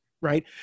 right